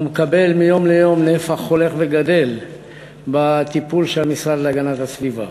והוא מקבל מיום ליום נפח הולך וגדל בטיפול של המשרד להגנת הסביבה.